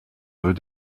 veut